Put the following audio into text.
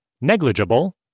negligible